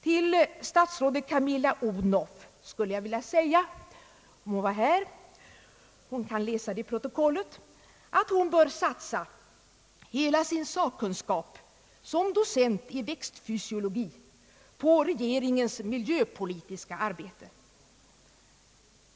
Till statsrådet Camilla Odhnoff skulle jag därför vilja säga — om hon var här, men hon kan läsa det i protokollet — att hon bör satsa hela sin sakkunskap som docent i växtfysiologi på regeringens miljöpolitiska arbete.